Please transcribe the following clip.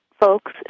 folks